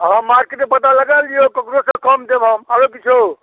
अहाँ मार्केटमे पता लगा लिअ ककरोसँ कम देब हम आओर किछु